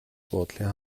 буудлын